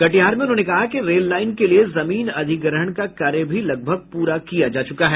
कटिहार में उन्होंने कहा कि रेललाइन के लिये जमीन अधिग्रहण का कार्य भी लगभग प्ररा किया जा चुका है